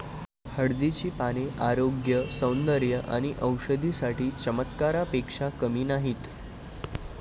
हळदीची पाने आरोग्य, सौंदर्य आणि औषधी साठी चमत्कारापेक्षा कमी नाहीत